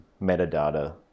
metadata